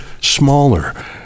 smaller